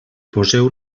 poseu